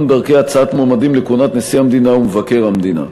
דרכי הצעת מועמדים לכהונת נשיא המדינה ולכהונת מבקר המדינה.